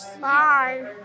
Bye